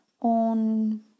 on